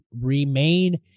remain